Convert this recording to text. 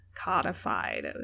codified